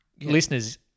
Listeners